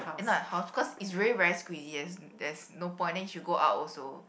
and not her house cause it's really very squeeze there's there's no point then she go out also